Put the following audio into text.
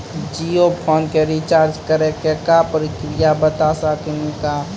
Jio phone के recharge करे के का प्रक्रिया बता साकिनी का?